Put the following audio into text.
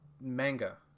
manga